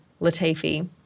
Latifi